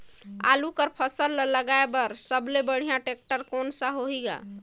आलू कर फसल ल लगाय बर सबले बढ़िया टेक्टर कोन सा होही ग?